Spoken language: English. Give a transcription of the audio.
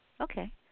okay